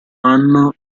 anno